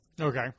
Okay